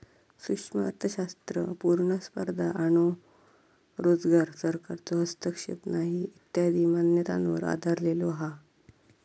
सूक्ष्म अर्थशास्त्र पुर्ण स्पर्धा आणो रोजगार, सरकारचो हस्तक्षेप नाही इत्यादी मान्यतांवर आधरलेलो हा